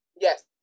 Yes